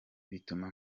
bituma